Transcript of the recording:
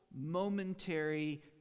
momentary